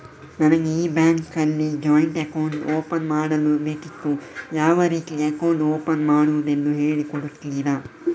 ನನಗೆ ಈ ಬ್ಯಾಂಕ್ ಅಲ್ಲಿ ಜಾಯಿಂಟ್ ಅಕೌಂಟ್ ಓಪನ್ ಮಾಡಲು ಬೇಕಿತ್ತು, ಯಾವ ರೀತಿ ಅಕೌಂಟ್ ಓಪನ್ ಮಾಡುದೆಂದು ಹೇಳಿ ಕೊಡುತ್ತೀರಾ?